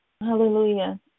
Hallelujah